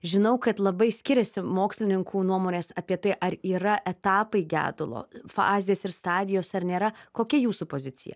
žinau kad labai skiriasi mokslininkų nuomonės apie tai ar yra etapai gedulo fazės ir stadijos ar nėra kokia jūsų pozicija